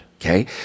Okay